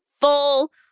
full